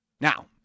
Now